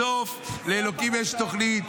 בסוף לאלוקים יש תוכנית.